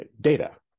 data